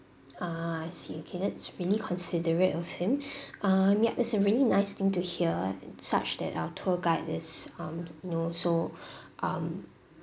ah I see okay that's really considerate of him um yup it's a really nice thing to hear such that our tour guide is um know so um